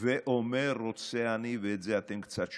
ואומר "רוצה אני" ואת זה אתם קצת שוכחים,